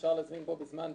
אפשר לשים פה "בזמן ובמרחק"